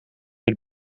het